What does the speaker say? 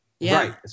Right